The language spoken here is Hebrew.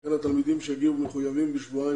שכן התלמידים שיגיעו מחויבים בשבועיים